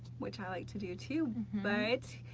which i like to do too. but,